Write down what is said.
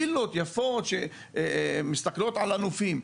יש שם וילות יפות שמסתכלות על הנופים.